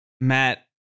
Matt